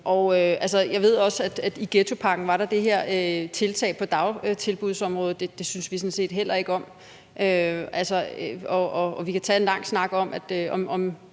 Jeg ved også, at der i ghettopakken var det her tiltag på dagtilbudsområdet – det synes vi sådan set heller ikke om. Vi kan tage en lang snak om